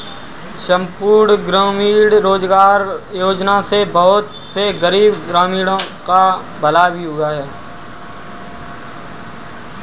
संपूर्ण ग्रामीण रोजगार योजना से बहुत से गरीब ग्रामीणों का भला भी हुआ है